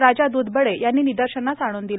राजा द्धबढे यांनी निदर्शनास आणून दिले